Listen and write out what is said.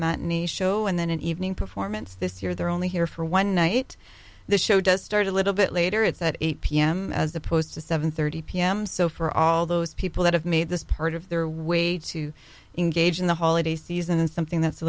nice show and then an evening performance this year they're only here for one night the show does start a little bit later it's at eight pm as opposed to seven thirty pm so for all those people that have made this part of their way to engage in the holiday season and something that's a